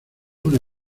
una